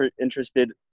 interested